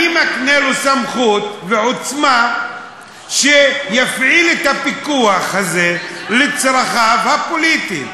אני מקנה לו סמכות ועוצמה שיפעיל את הפיקוח הזה לצרכיו הפוליטיים.